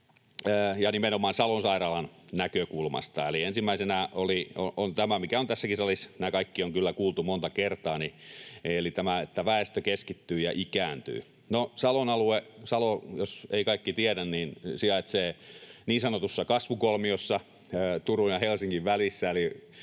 nimenomaan Salon sairaalan näkökulmasta. Ensimmäisenä on tämä, mikä on tässäkin salissa, kuten nämä kaikki, kyllä kuultu monta kertaa, eli se, että ”väestö keskittyy ja ikääntyy”. No Salon alue... Salo, jos kaikki eivät tiedä, sijaitsee niin sanotussa kasvukolmiossa Turun ja Helsingin välissä